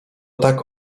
tak